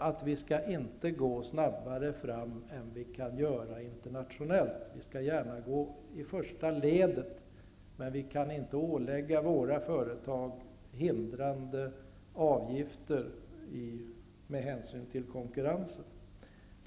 Men vi skall inte gå snabbare fram än vad man gör internationellt. Vi skall gärna gå i första ledet, men vi kan med hänsyn till konkurrensen inte ålägga våra företag hindrande avgifter.